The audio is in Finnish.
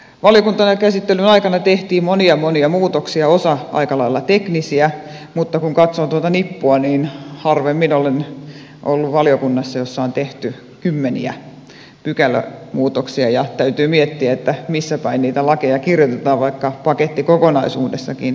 valiokuntakäsittelyn aikana tehtiin monia monia muutoksia osa aika lailla teknisiä mutta kun katsoo tuota nippua niin harvemmin olen ollut valiokunnassa jossa on tehty kymmeniä pykälämuutoksia ja täytyy miettiä missäpäin niitä lakeja kirjoitetaan vaikka paketti kokonaisuudessaankin oli aika iso